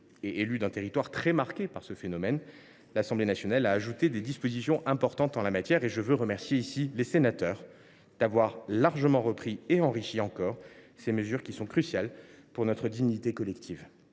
et élu d’un territoire très marqué par ce phénomène, l’Assemblée nationale a ajouté des dispositions importantes en la matière. Je veux remercier ici les sénateurs d’avoir largement repris et enrichi ces mesures, qui sont cruciales pour notre dignité collective.